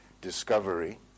discovery